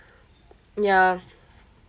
ya